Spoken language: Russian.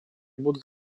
будут